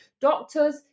doctors